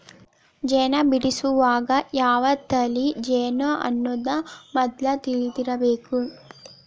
ಜೇನ ಬಿಡಸುವಾಗ ಯಾವ ತಳಿ ಜೇನು ಅನ್ನುದ ಮದ್ಲ ತಿಳದಿರಬೇಕ